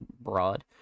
broad